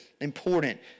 important